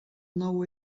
nou